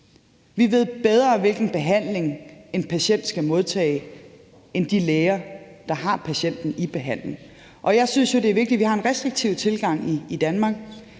vi ved bedre, hvilken behandling en patient skal modtage, end de læger, der har patienten i behandling. Jeg synes jo, det er vigtigt, at vi har en restriktiv tilgang i Danmark.